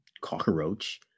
cockroach